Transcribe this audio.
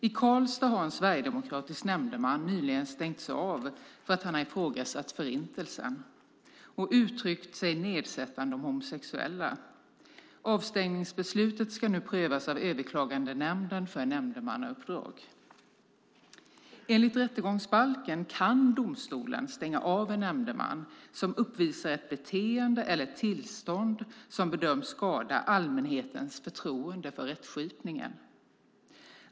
I Karlstad har en sverigedemokratisk nämndeman nyligen stängts av för att han har ifrågasatt Förintelsen och uttryckt sig nedsättande om homosexuella. Avstängningsbeslutet ska nu prövas av Överklagandenämnden för nämndemannauppdrag. Enligt rättegångsbalken kan domstolen stänga av en nämndeman som "uppvisar ett beteende eller ett tillstånd som bedöms skada allmänhetens förtroende för rättskipningen".